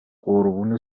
قربون